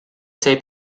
sei